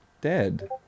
dead